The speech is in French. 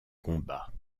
combats